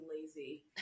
lazy